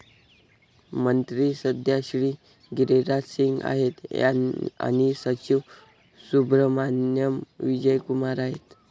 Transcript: मंत्री सध्या श्री गिरिराज सिंग आहेत आणि सचिव सुब्रहमान्याम विजय कुमार आहेत